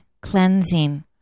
cleansing